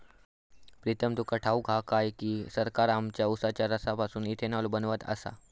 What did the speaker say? प्रीतम तुका ठाऊक हा काय की, सरकार आमच्या उसाच्या रसापासून इथेनॉल बनवत आसा